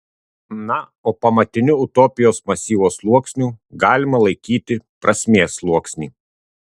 na o pamatiniu utopijos masyvo sluoksniu galima laikyti prasmės sluoksnį